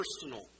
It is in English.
personal